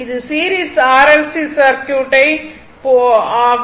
இது series RLC circuit ஆகும்